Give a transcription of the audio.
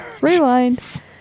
Rewind